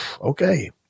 okay